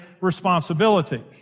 responsibility